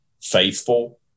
faithful